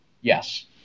Yes